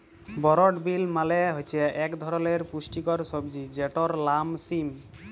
বরড বিল মালে হছে ইক ধরলের পুস্টিকর সবজি যেটর লাম সিম